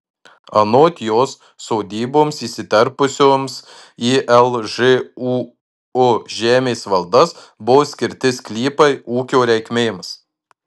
anot jos sodyboms įsiterpusioms į lžūu žemės valdas buvo skirti sklypai ūkio reikmėms